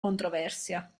controversia